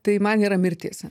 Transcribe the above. tai man yra mirtis